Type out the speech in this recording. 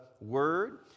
Word